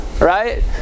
Right